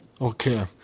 Okay